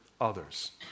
others